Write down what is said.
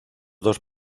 dos